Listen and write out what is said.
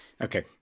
Okay